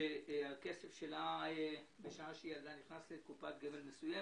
שהכניסה את הכסף לקופת גמל מסוימת,